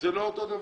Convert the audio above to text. זה לא אותו דבר.